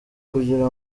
kugira